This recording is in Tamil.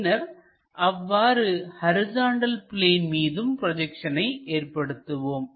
பின்னர் அவ்வாறு ஹரிசாண்டல் பிளேன் மீதும் ப்ரொஜெக்ஷனை ஏற்படுத்துவோம்